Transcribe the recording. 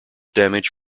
damage